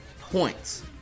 points